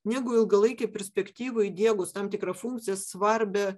negu ilgalaikėj perspektyvoj įdiegus tam tikrą funkciją svarbią